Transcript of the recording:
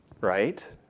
Right